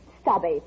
Stubby